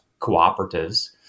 cooperatives